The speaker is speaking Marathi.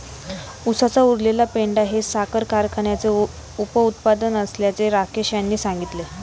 उसाचा उरलेला पेंढा हे साखर कारखान्याचे उपउत्पादन असल्याचे राकेश यांनी सांगितले